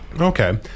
Okay